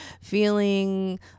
feeling